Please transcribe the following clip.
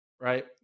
right